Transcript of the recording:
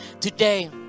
today